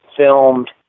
Filmed